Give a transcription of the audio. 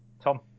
Tom